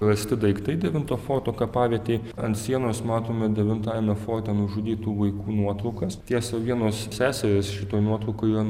rasti daiktai devinto forto kapavietėj ant sienos matome devintajame forte nužudytų vaikų nuotraukas tiesa vienos seserys šitoj nuotraukoj yra